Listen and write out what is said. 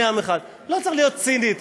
לא צריך להיות ציניים,